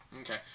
Okay